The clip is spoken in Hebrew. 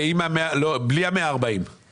ובלי ה-140 מיליון שקלים?